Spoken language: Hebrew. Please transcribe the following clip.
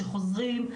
שחוזרים,